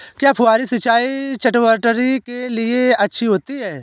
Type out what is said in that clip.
क्या फुहारी सिंचाई चटवटरी के लिए अच्छी होती है?